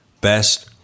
best